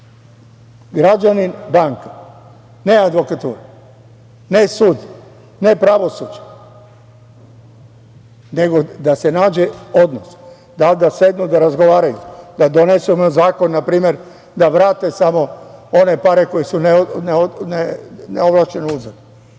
građanin-banka, ne advokatura, ne sud, ne pravosuđe, nego da se nađe odnos, da li da sednu da razgovaraju, da donesemo zakon, na primer, da vrate samo one pare koje su neovlašćeno uzeli